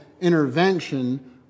intervention